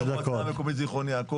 זיו דשא, ראש המועצה המקומית זכרון יעקב.